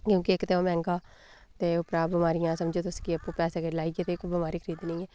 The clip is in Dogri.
क्योंकि इक ते ओह् मैह्ंगा ते उप्परा दा बमारियां मतलब समझी लैओ कि पैसे देइयै आपूं बमारियां खरीदनियां न